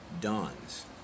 dawns